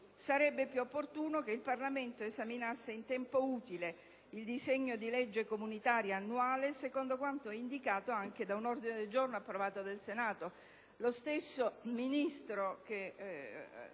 Sarebbe più opportuno che il Parlamento esaminasse in tempo utile il disegno di legge comunitaria annuale, secondo quanto indicato anche da un ordine del giorno approvato dal Senato.